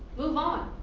move on.